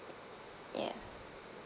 yes